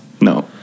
No